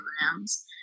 programs